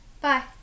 Bye